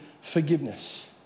forgiveness